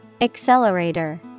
Accelerator